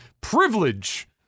privilege